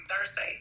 Thursday